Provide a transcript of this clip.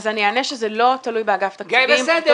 שולי, תכף.